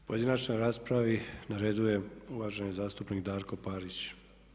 U pojedinačnoj raspravi na redu je uvaženi zastupnik Darko Parić.